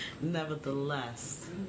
Nevertheless